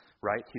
right